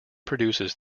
produces